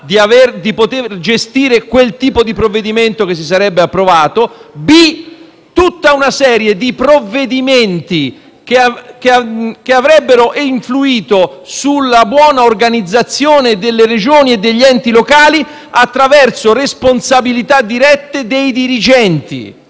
di poter gestire quel tipo di provvedimento che si sarebbe approvato - e si trattava di tutta una serie di emendamenti che avrebbero influito sulla buona organizzazione delle Regioni e degli enti locali attraverso responsabilità dirette dei dirigenti.